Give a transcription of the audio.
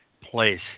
place